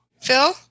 Phil